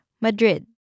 Madrid